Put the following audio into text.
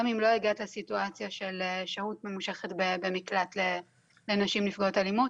גם אם לא הגעת לסיטואציה של שהות ממושכת במקלט לנשים נפגעות אלימות.